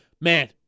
man